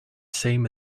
same